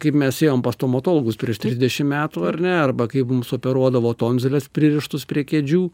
kaip mes ėjom pas stomatologus prieš trisdešim metų ar ne arba kai mums operuodavo tonziles pririštus prie kėdžių